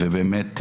ובאמת,